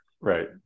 right